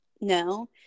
no